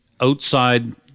outside